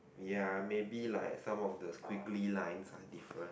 ya maybe like some of the squiggly lines are different